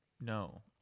No